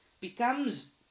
becomes